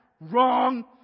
Wrong